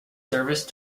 service